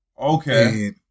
Okay